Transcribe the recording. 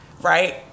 right